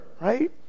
right